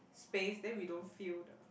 space then we don't feel the